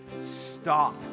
stop